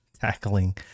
tackling